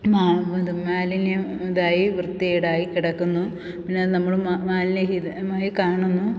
ഇത് മാലിന്യം ഇതായി വൃത്തികേടായി കിടക്കുന്നു പിന്നെ നമ്മൾ മാലിന്യഹിതമായി കാണുന്നു